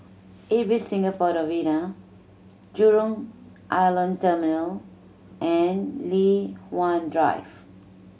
Ibis Singapore Novena Jurong Island Terminal and Li Hwan Drive